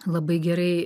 labai gerai